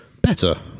better